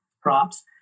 props